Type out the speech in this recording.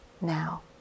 now